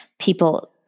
people